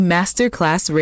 Masterclass